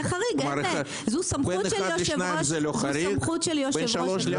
זו סמכות של יושב ראש הכנסת.